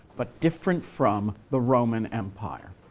but different from the roman empire.